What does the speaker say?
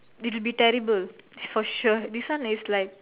it'll be terrible for sure this one is like